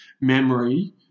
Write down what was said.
memory